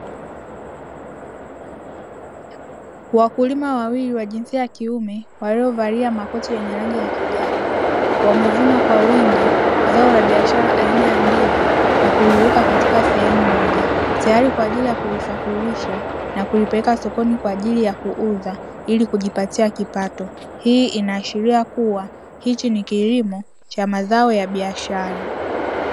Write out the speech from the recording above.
Wakulima wawili wa jinsia ya kiume waliovalia makoti ya kijani wamevuna kwa wingi zao la biashara aina ya ndizi na kuziweka katika sehemu moja tayari kwa ajili ya kulisafirisha na kulipeleka sokoni kwa ajili ya kuuza ili kujipatia kipato. Hii inaashiria kuwa hichi ni kilimo cha mazao ya biashara.